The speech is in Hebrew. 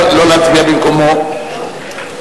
ניכויי רווחה),